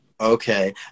okay